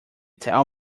tell